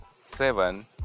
seven